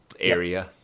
area